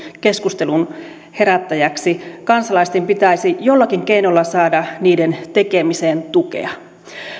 keskustelun herättäjäksi kansalaisten pitäisi jollakin keinolla saada niiden tekemiseen tukea